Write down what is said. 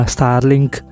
Starlink